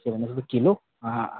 kilo हां